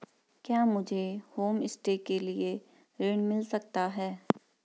क्या मुझे होमस्टे के लिए ऋण मिल सकता है?